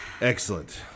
Excellent